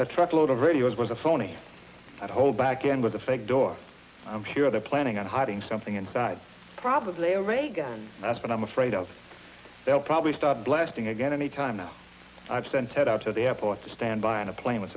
that truckload of radios was a phony hold back in with the fake door i'm sure they're planning on hiding something inside probably over a guy and that's what i'm afraid of they'll probably start blasting again any time now i've sent ted out to the airport to stand by on a plane with